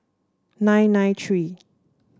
nine nine three